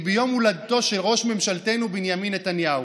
היא ביום הולדתו של ראש ממשלתנו בנימין נתניהו.